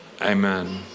amen